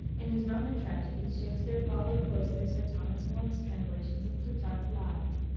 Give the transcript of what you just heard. in his roman tragedies shakspere followed closely sir thomas north's translation of plutarch's lives,